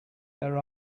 there